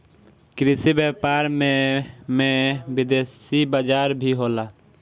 कृषि व्यापार में में विदेशी बाजार भी होला